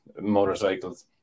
Motorcycles